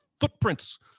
footprints